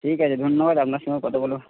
ঠিক আছে ধন্যবাদ আপনার সঙ্গে কথা বলেও